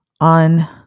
on